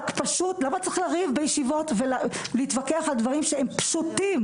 למה צריך לריב ולהתווכח על דברים שהם פשוטים,